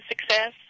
success